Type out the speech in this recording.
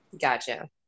gotcha